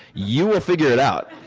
you will figure it out'.